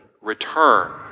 return